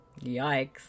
yikes